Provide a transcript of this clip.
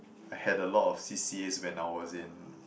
I had a lot of c_c_as when I was in